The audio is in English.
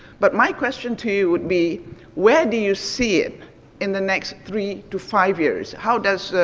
but my question to you would be where do you see it in the next three to five years? how does,